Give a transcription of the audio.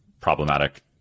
problematic